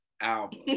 album